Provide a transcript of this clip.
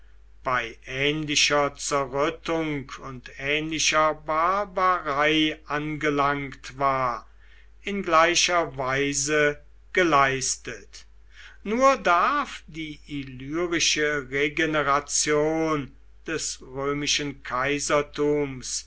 bei ähnlicher zerrüttung und ähnlicher barbarei angelangt war in gleicher weise geleistet nur darf die illyrische regeneration des römischen kaisertums